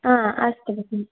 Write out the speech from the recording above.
आ अस्तु भगिनि